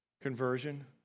conversion